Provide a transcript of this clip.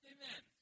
Amen